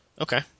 Okay